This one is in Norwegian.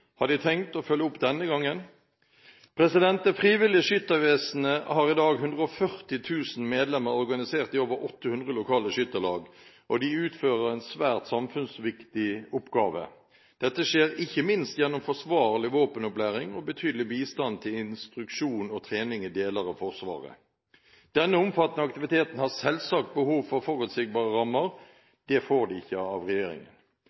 Har de tenkt å følge opp denne gangen? Det frivillige Skyttervesen har i dag 140 000 medlemmer organisert i over 800 lokale skytterlag, og de utfører en svært samfunnsviktig oppgave. Dette skjer ikke minst gjennom forsvarlig våpenopplæring og betydelig bistand til instruksjon og trening i deler av Forsvaret. Denne omfattende aktiviteten har selvsagt behov for forutsigbare rammer. Det får de ikke av regjeringen.